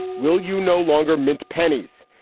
will you no longer mint pennies?